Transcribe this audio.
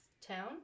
town